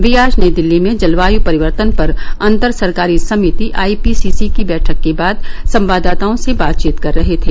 ये आज नई दिल्ली में जलवायु परिवर्तन पर अर्नतसरकारी समिति आई पी सी सी की बैठक के बाद संवाददाताओं से बातचीत कर रहे थे